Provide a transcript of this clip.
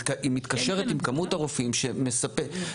היא מתקשרת עם כמות הרופאים שמספק,